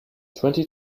twenty